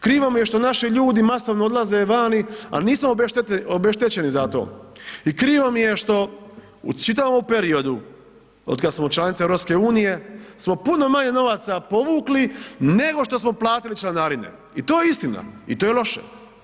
Krivo mi je što naši ljudi masovno odlaze vani, a nismo obeštećeni za to i krivo mi je što u čitavom periodu otkad smo članice EU smo puno manje novaca povukli nego što smo platili članarine i to je istina i to je loše.